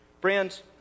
Friends